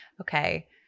okay